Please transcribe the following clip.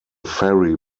ferry